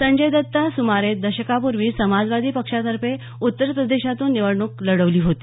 संजय दत्तनं सुमारे दशकभराप्र्वी समाजवादी पक्षातर्फे उत्तर प्रदेशमधून निवडणूक लढवली होती